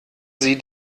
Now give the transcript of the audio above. sie